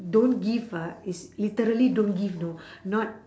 don't give ah it's literally don't give know not